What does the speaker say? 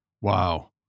Wow